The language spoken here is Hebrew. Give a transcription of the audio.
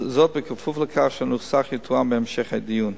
וזאת בכפוף לכך שהנוסח יתואם בהמשך הדיון.